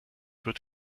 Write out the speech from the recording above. wird